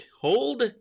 hold